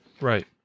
Right